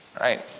Right